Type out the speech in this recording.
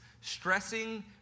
Stressing